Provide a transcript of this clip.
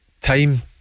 time